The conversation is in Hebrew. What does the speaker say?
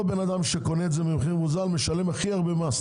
אותו בן אדם שקונה את זה במחיר מוזל משלם הכי הרבה מס,